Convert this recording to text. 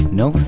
no